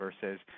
versus